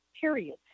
period